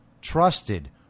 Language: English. trusted